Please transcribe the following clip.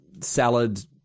salad